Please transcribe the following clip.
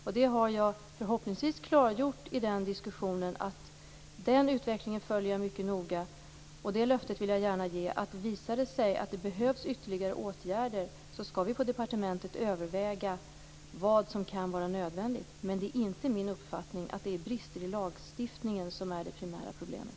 Jag har i diskussionen förhoppningsvis klargjort att jag följer den utvecklingen mycket noga. Det löftet vill jag gärna ge: Visar det sig att det behövs ytterligare åtgärder skall vi på departementet överväga vad som kan vara nödvändigt. Men det är inte min uppfattning att det är brister i lagstiftningen som är det primära problemet.